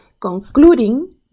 concluding